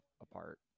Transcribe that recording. apart